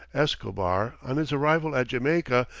escobar, on his arrival at jamaica,